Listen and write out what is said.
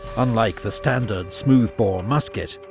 unlike the standard smoothbore musket,